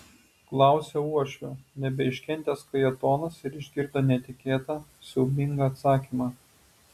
klausia uošvio nebeiškentęs kajetonas ir išgirdo netikėtą siaubingą atsakymą